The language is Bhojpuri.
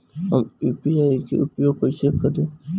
हम यू.पी.आई के उपयोग कइसे करी?